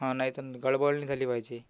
हां नाही तर मग गडबड नाही झाली पाहिजे